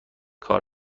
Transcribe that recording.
کار